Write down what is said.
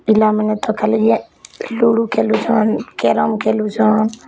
ପିଲାମାନେ ତ ଖାଲି ଲୁଡ଼ୁ ଖେଲୁଛନ୍ କ୍ୟାରେମ୍ ଖେଲୁଛନ୍